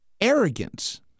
arrogance